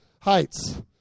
heights